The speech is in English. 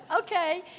Okay